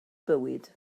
bywyd